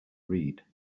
read